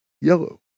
yellow